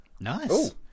Nice